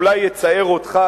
וזה אולי יצער אותך,